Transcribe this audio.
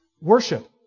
worship